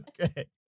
Okay